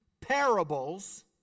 parables